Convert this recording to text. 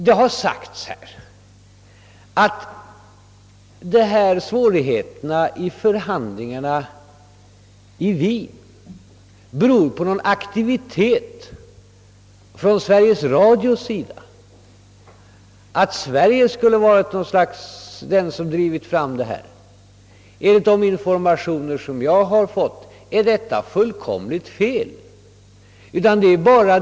Det har påståtts att svårigheterna vid förhand lingarna i Wien berott på aktivitet från Sveriges Radios sida. Enligt de informationer som jag har fått är detta fullkomligt fel.